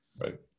right